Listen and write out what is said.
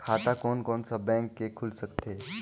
खाता कोन कोन सा बैंक के खुल सकथे?